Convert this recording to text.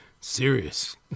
serious